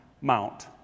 Mount